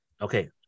okay